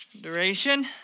duration